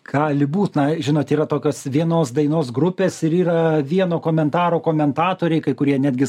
gali būt na žinot yra tokios vienos dainos grupės ir yra vieno komentaro komentatoriai kai kurie netgi